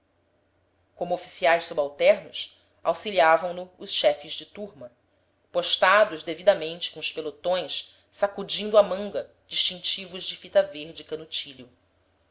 como oficiais subalternos auxiliavam no os chefes de turma postados devidamente com os pelotões sacudindo à manga distintivos de fita verde e canutilho